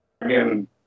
again